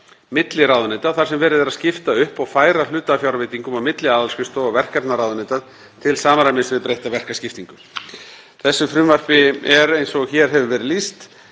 milli ráðuneyta þar sem verið er að skipta upp og færa hluta af fjárveitingum á milli aðalskrifstofa og verkefna ráðuneyta til samræmis við breytta verkaskiptingu. Þessu frumvarpi, eins og hér hefur verið lýst,